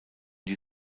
die